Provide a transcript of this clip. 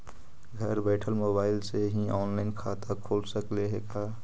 घर बैठल मोबाईल से ही औनलाइन खाता खुल सकले हे का?